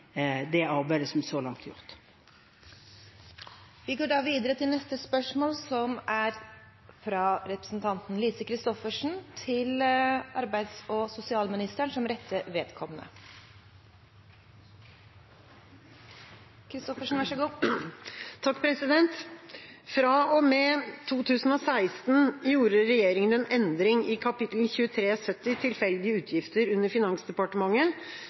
det arbeidet som så langt er gjort. Dette spørsmålet, fra representanten Lise Christoffersen til finansministeren, vil bli besvart av arbeids- og sosialministeren som rette vedkommende. «Fra og med 2016 gjorde regjeringen en endring i kap. 2370 Tilfeldige utgifter under Finansdepartementet,